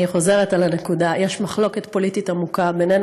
אני חוזרת על הנקודה: יש מחלוקת פוליטית עמוקה בינינו